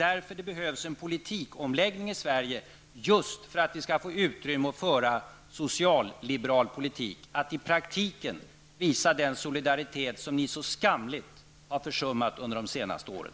Därför behövs en politikomläggning i Sverige för att vi skall få utrymme att föra socialliberal politik, att i praktiken visa den solidaritet som ni så skamligt har försummat under de senaste åren.